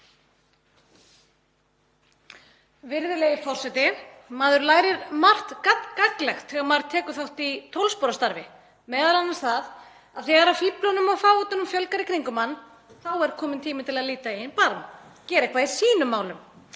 Virðulegi forseti. Maður lærir margt gagnlegt þegar maður tekur þátt í 12 spora starfi, m.a. það að þegar fíflunum og fávitunum fjölgar í kringum mann þá er kominn tími til að líta í eigin barm og gera eitthvað í sínum málum.